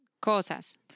Cosas